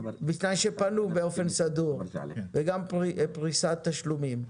בתנאי שפנו באופן סדור, וגם פריסת תשלומים.